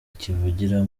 kivugira